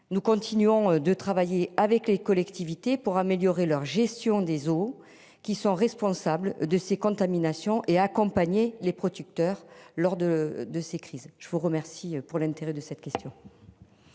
Nous continuons de travailler avec les collectivités pour améliorer leur gestion des eaux qui sont responsables de ces contaminations et accompagner les producteurs lors de de ces crises, je vous remercie pour l'intérêt de cette question.